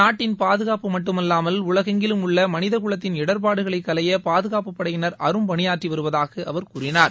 நாட்டின் பாதுகாப்பு மட்டுமல்லாமல் உலகெங்கிலும் உள்ள மனித குலத்தின் இடர்பாடுகளை களைய பாதுகாப்பு படையினர் அரும்பணியாற்றி வருவதாக அவர் கூறினார்